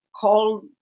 call